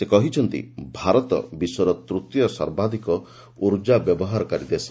ସେ କହିଛନ୍ତି ଭାରତ ବିଶ୍ୱର ତୂତୀୟ ସର୍ବାଧକ ଉର୍ଜା ବ୍ୟବହାରକାରୀ ଦେଶ